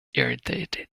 irritated